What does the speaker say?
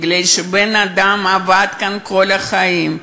מפני שבן-אדם עבד כאן כל החיים,